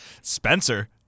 Spencer